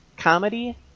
comedy